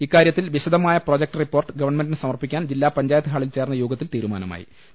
ഇക്കാര്യത്തിൽ വിശദമായ project report ഗവൺമെന്റിന് സമർപ്പിക്കാൻ ജില്ലാ പഞ്ചായത്ത് ഹാളിൽ ചേർന്ന യോഗത്തിൽ തീരുമാനമായി